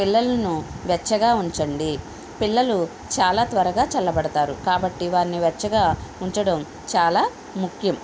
పిల్లలను వెచ్చగా ఉంచండి పిల్లలు చాలా త్వరగా చల్లబడతారు కాబట్టి వారిని వెచ్చగా ఉంచడం చాలా ముఖ్యం